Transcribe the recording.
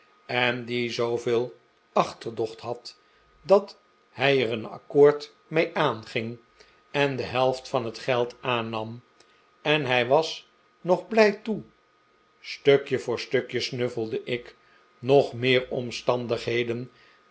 en die zooveel achterdocht had dat hij er een accoord mee aanging en de helft van het geld aannam en hij was nog blij toe stukje voor stukje snuffelde ik nog meer omstandigheden